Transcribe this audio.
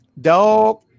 Dog